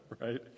Right